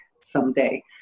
someday